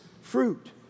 fruit